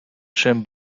czym